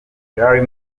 larry